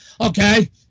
Okay